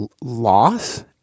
loss